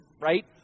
right